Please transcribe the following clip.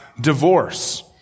divorce